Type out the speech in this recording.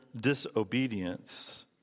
disobedience